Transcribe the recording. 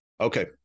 Okay